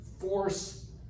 force